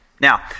Now